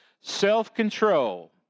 Self-control